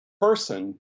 person